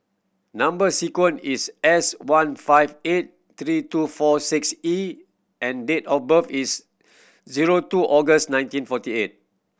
number sequence is S one five eight three two four six E and date of birth is zero two August nineteen forty eight